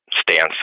stance